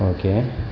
okay